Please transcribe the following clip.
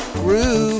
groove